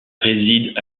réside